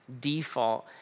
default